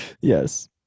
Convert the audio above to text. Yes